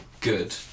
good